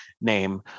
name